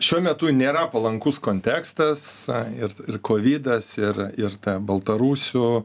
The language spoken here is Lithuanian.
šiuo metu nėra palankus kontekstas ir ir kovidas ir ir baltarusių